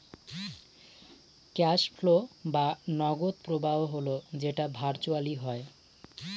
cash flow বা নগদ প্রবাহ হল যেটা ভার্চুয়ালি হয়